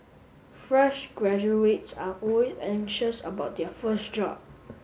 fresh graduates are always anxious about their first job